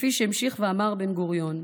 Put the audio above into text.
כפי שהמשיך ואמר בן-גוריון: